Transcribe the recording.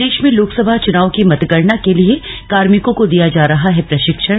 प्रदेश में लोकसभा चुनाव की मतगणना के लिए कार्मिकों को दिया जा रहा है प्रशिक्षण